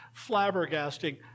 flabbergasting